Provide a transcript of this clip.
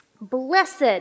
Blessed